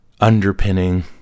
underpinning